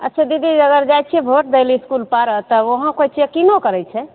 अच्छा दीदी अगर जाइ छियै वोट दै लए इसकुलपर तब उहाँ कोइ चेकिनो करय छै